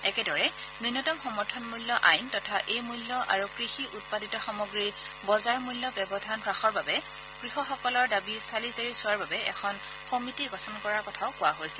একেদৰে নূন্যতম সমৰ্থন মূল্য আইন তথা এই মূল্য আৰু কৃষি উৎপাদিত সামগ্ৰীৰ বজাৰ মূল্য ব্যৱধ্যন হাসৰ বাবে কৃষকসকলৰ দাবী চালি জাৰি চোৱাৰ বাবে এখন সমিটি গঠন কৰাৰ কথাও কোৱা হৈছিল